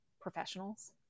professionals